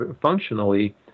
functionally